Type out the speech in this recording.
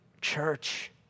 church